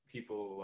people